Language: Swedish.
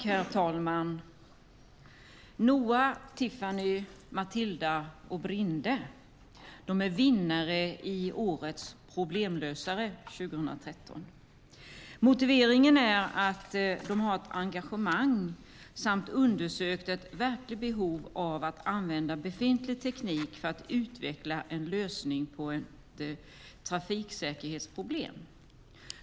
Herr talman! Noa, Tiffany, Matilda och Brinde är vinnare i Årets problemlösare 2013. Motiveringen är att de har ett engagemang samt har undersökt ett verkligt behov av att använda befintlig teknik för att utveckla en lösning på ett trafiksäkerhetsproblem.